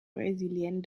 brésilienne